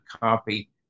copy